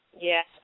Yes